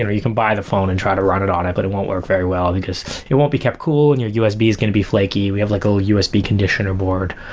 you can buy the phone and try to run it on it, but it won't work very well, because it won't be kept cool and your usb is going to be flaky. we have a like little usb conditioner board.